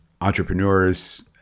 entrepreneurs